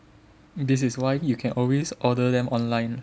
this is why you can always order them online